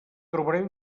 trobareu